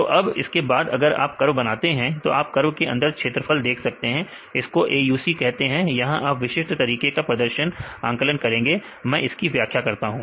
तो अब इसके बाद अगर आप कर्व बनाते हैं तो आप कर्व के अंदर का क्षेत्रफल देख सकते हैं इसको AUC कहते हैं यहां आपके विशिष्ट तरीके के प्रदर्शन का आकलन करेगा मैं इसकी व्याख्या करता हूं